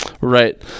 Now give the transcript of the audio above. right